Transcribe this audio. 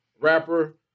Rapper